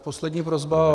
Poslední prosba.